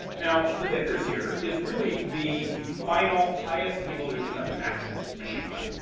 now the vickers here is really the the final highest evolution of the maxim machine gun.